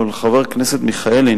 אבל חבר הכנסת מיכאלי,